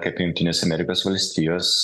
kaip jungtinės amerikos valstijos